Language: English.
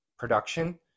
production